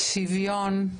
שוויון,